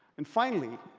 and finally,